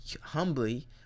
humbly